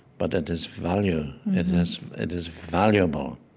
but it has value. it has it is valuable.